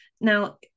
Now